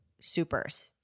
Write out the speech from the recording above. supers